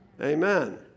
Amen